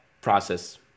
process